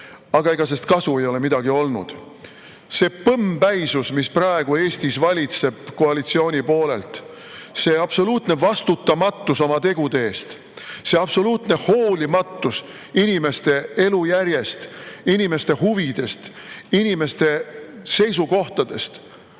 Aga ega sest kasu ei ole midagi olnud. See põmmpäisus, mis praegu Eestis koalitsiooni poolel valitseb, see absoluutne vastutamatus oma tegude eest, see absoluutne hoolimatus inimeste elujärjest, inimeste huvidest, inimeste seisukohtadest